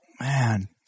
Man